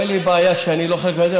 אין לי בעיה שאני לא חלק מהדיון,